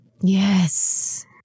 Yes